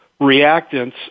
reactants